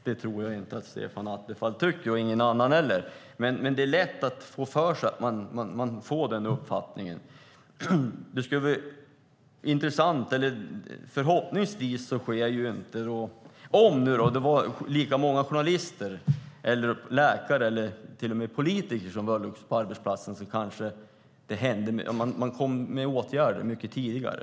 Det tror jag inte att Stefan Attefall tycker, och ingen annan heller, men det är lätt att få den uppfattningen. Om det var lika många journalister, läkare eller till och med politiker som förolyckades på arbetsplatsen kanske man skulle komma med åtgärder mycket tidigare.